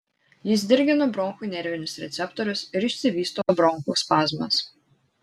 jis dirgina bronchų nervinius receptorius ir išsivysto bronchų spazmas